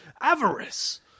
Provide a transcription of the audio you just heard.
avarice